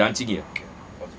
you were dancing here